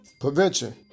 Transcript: Prevention